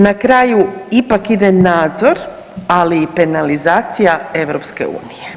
Na kraju ipak ide nadzor, ali i penalizacija EU.